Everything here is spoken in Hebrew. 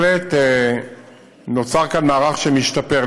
נוצר כאן מערך שמשתפר.